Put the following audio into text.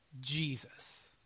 Jesus